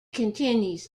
continues